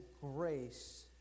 grace